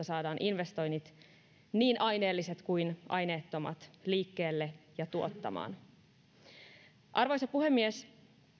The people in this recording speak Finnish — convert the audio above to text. saadaan investoinnit niin aineelliset kuin aineettomat liikkeelle ja tuottamaan arvoisa puhemies